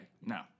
No